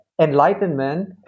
Enlightenment